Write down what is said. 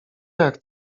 jak